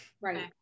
Right